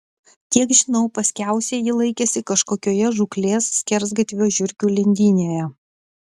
kiek žinau paskiausiai ji laikėsi kažkokioje žūklės skersgatvio žiurkių lindynėje